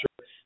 sure